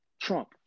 trump